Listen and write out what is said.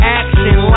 action